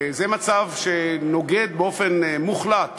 זה מצב שנוגד באופן מוחלט